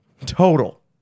total